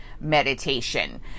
Meditation